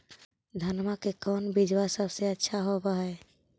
धनमा के कौन बिजबा सबसे अच्छा होव है?